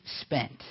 spent